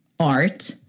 art